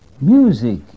music